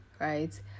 right